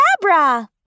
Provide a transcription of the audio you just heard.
Abracadabra